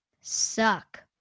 suck